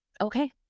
okay